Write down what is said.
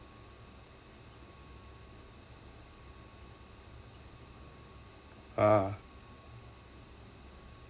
ah